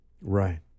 Right